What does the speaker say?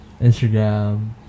instagram